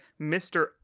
Mr